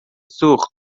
سوخت